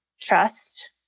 trust